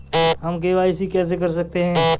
हम के.वाई.सी कैसे कर सकते हैं?